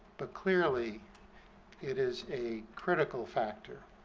but clearly it is a critical factor